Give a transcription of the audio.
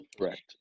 Correct